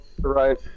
right